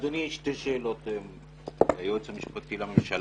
אדוני היועץ המשפטי לממשלה,